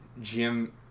Jim